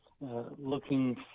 looking